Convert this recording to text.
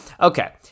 Okay